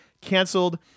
canceled